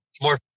more